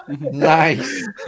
nice